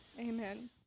Amen